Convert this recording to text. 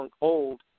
old